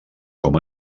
com